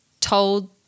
told